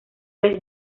les